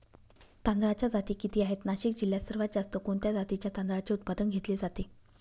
तांदळाच्या जाती किती आहेत, नाशिक जिल्ह्यात सर्वात जास्त कोणत्या जातीच्या तांदळाचे उत्पादन घेतले जाते?